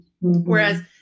Whereas